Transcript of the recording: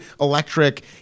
electric